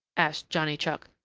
asked johnny chuck.